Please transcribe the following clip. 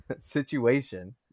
situation